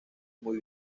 muy